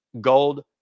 Gold